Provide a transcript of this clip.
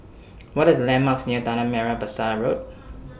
What Are The landmarks near Tanah Merah Besar Road